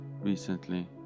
recently